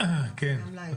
כן.